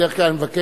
בדרך כלל אני מבקש